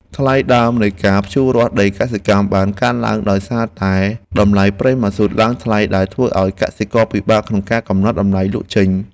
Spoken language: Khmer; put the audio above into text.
ថ្លៃដើមនៃការភ្ជួររាស់ដីកសិកម្មបានកើនឡើងដោយសារតែតម្លៃប្រេងម៉ាស៊ូតឡើងថ្លៃដែលធ្វើឱ្យកសិករពិបាកក្នុងការកំណត់តម្លៃលក់ចេញ។